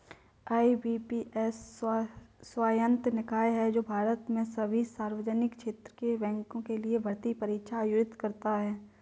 IBPS स्वायत्त निकाय है जो भारत में सभी सार्वजनिक क्षेत्र के बैंकों के लिए भर्ती परीक्षा आयोजित करता है